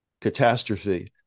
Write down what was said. catastrophe